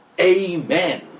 Amen